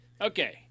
Okay